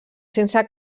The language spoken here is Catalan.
sense